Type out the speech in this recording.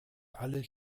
alles